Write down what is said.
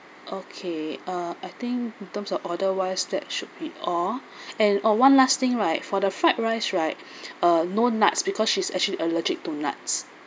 okay uh I think in terms of order wise that should be all and orh one lasting right for the fried rice right uh no nuts because she is actually allergic to nuts